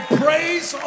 praise